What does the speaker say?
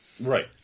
Right